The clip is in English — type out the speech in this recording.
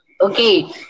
Okay